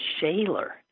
Shaler